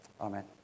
Amen